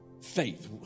Faith